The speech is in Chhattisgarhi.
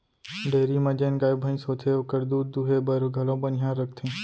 डेयरी म जेन गाय भईंस होथे ओकर दूद दुहे बर घलौ बनिहार रखथें